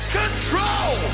control